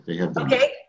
Okay